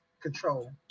control